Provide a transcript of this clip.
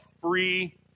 free